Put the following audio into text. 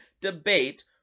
debate